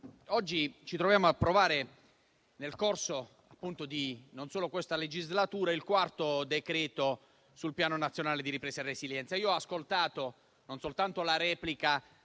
oggi ci troviamo ad approvare, non solo nel corso di questa legislatura, il quarto decreto-legge sul Piano nazionale di ripresa e resilienza. Io ho ascoltato non soltanto la replica